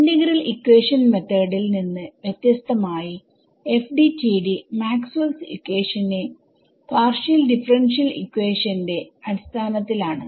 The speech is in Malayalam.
ഇന്റഗ്രൽ ഇക്വേഷൻ മെത്തോഡിൽ നിന്ന് വ്യത്യസ്തമായി FDTD മാക്സ്വെൽസ് ഇക്വേഷന്റെ maxwells equation പാർഷിയൽ ഡിഫറെൻഷിയൽ ഇക്വേഷന്റെ അടിസ്ഥാനത്തിൽ ആണ്